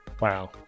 Wow